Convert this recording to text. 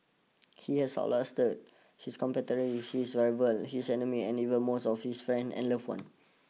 He has out lasted his contemporaries his rivals his enemies and even most of his friends and loved ones